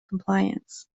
compliance